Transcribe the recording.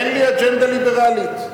אין לי אג'נדה ליברלית.